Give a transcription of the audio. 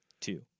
two